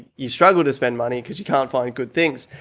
you struggled to spend money because you can't find good things.